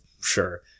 sure